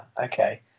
Okay